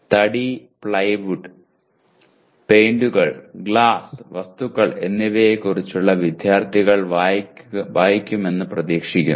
തടി പ്ലൈവുഡ് പെയിന്റുകൾ ഗ്ലാസ് വസ്തുക്കൾ എന്നിവയെക്കുറിച്ച് വിദ്യാർത്ഥികൾ വായിക്കുമെന്ന് പ്രതീക്ഷിക്കുന്നു